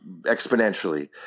exponentially